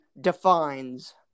defines